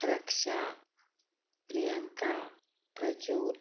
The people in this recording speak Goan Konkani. रक्षा प्रियंका प्रज्योत